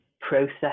process